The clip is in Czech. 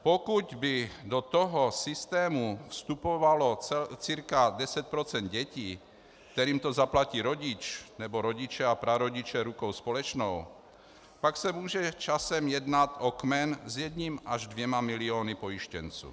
Pokud by do systému vstupovalo cca 10 % dětí, kterým to zaplatí rodič nebo rodiče a prarodiče rukou společnou, pak se může časem jednat o kmen s jedním až dvěma miliony pojištěnců.